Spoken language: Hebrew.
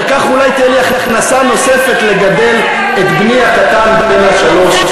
וכך אולי תהיה לי הכנסה נוספת לגדל את בני הקטן בן השלוש.